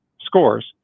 scores